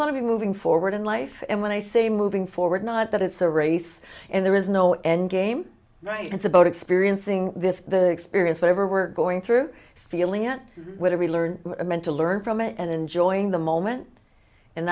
ant to be moving forward in life and when i say moving forward not that it's a race and there is no endgame right it's about experiencing this experience whatever we're going through feeling it whether we learn meant to learn from it and enjoying the moment and